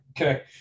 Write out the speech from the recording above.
Okay